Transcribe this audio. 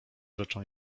rzeczą